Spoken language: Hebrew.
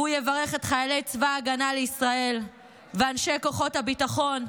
הוא יברך את חיילי צבא ההגנה לישראל ואנשי כוחות הביטחון,